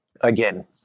again